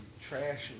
trash